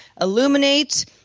illuminate